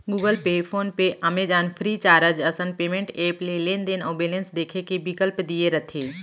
Google Pay, PhonePe, Amazon, Freecharge असन payment app ले लेनदेन अउ बेलेंस देखे के बिकल्प दिये रथे